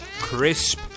Crisp